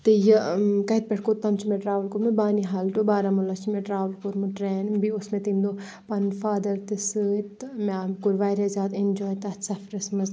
تہٕ یہِ کَتہِ پیٚٹھ کوٚت تام چھ مےٚ ٹرٛاوٕل کوٚرمُت بانِحال ٹُو بارہمولہ چھُ مےٚ ٹرٛاوٕل کوٚرمُت ٹرٛین بیٚیہِ اوس مےٚ تمہِ دۄہ پَنُن فادَر تہِ سۭتۍ تہٕ مےٚ عام کوٚر واریاہ زیادٕ ایٚنجاے تَتھ سَفرَس منٛز